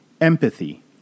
Empathy